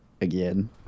again